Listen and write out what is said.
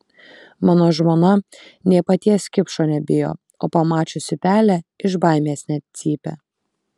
mano žmona nė paties kipšo nebijo o pamačiusi pelę iš baimės net cypia